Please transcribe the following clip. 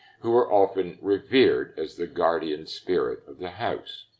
who are often revered as the guardian spirit of the house.